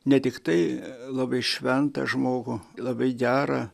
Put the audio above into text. ne tiktai labai šventą žmogų labai gerą